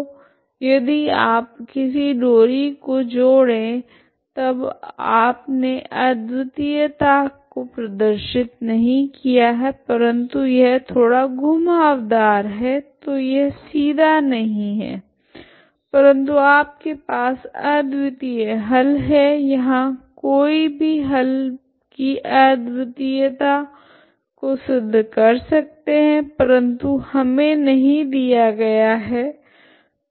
तो यदि आप किसी डोरी को जोड़े तब आपने अद्वितीयता को प्रदर्शित नहीं किया है परंतु यह थोड़ा घुमावदार है तो यह सीधा नहीं है परंतु आपके पास अद्वितीय हल है यहाँ कोई भी हल की अद्वितीयता को सिद्ध कर सकते है परंतु हमे नहीं दिया गया है